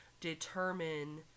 determine